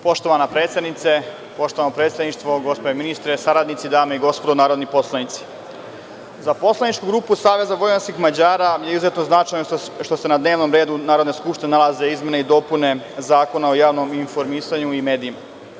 Poštovana predsednice, poštovano predsedništvo, gospodine ministre, saradnici, dame i gospodo narodni poslanici, za poslaničku grupu SVM je izuzetno značajno što se na dnevnom redu Narodne skupštine nalaze izmene i dopune Zakona o javnom informisanju i medijima.